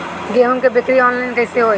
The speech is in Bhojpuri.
गेहूं के बिक्री आनलाइन कइसे होई?